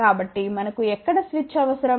కాబట్టి మనకు ఎక్కడ స్విచ్ అవసరం